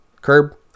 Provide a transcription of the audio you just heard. curb